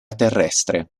terrestre